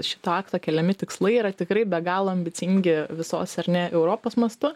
šito akto keliami tikslai yra tikrai be galo ambicingi visos ar ne europos mastu